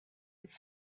its